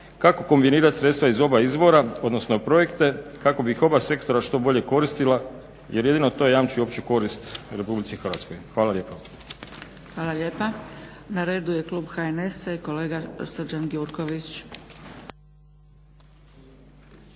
kako kombinirati sredstva iz oba izvora odnosno projekte, kako bi ih oba sektora što bolje koristila jer jedino to jamči opću korist RH. Hvala lijepa. **Zgrebec, Dragica (SDP)** Hvala lijepa. Na redu je klub HNS-a i kolega Srđan Gjurković. **Gjurković,